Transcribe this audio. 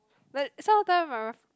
but some of the time my fr~